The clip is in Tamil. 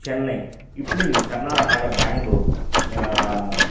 சென்னை இப்டி கர்நாடகா இல்லை பேங்க்ளூர்